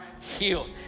healed